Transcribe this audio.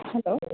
hello